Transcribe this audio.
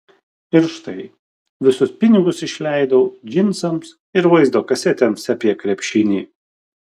ir štai visus pinigus išleidau džinsams ir vaizdo kasetėms apie krepšinį